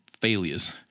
failures